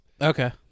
Okay